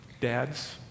Dads